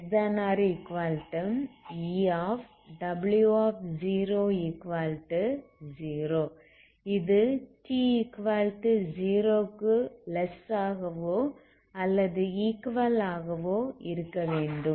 இது t 0 க்கு less ஆகவோ அல்லது ஈக்வல் ஆகவோ இருக்கவேண்டும்